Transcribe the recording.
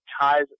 ties